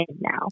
now